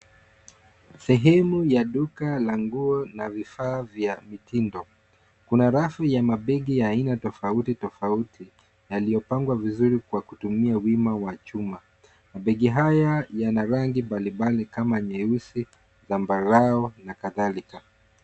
Sehemu ya duka la nguo na vifaa vya mtindo .Kuna rafu ya mabegi ya aina tofautitofauti yaliyopangwa vizuri kwa kutumia wima wa chuma .Mabegi haya yana rangi mbalimbali kama nyeusi, zambarau nakathalika.